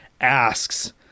asks –